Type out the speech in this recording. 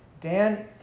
Dan